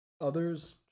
Others